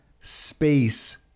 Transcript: space